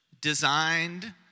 designed